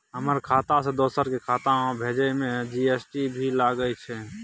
हमर खाता से दोसर के खाता में भेजै में जी.एस.टी भी लगैछे?